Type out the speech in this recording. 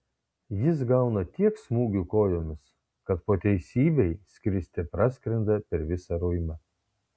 jis gauna tiek smūgių kojomis kad po teisybei skriste praskrenda per visą ruimą